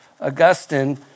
Augustine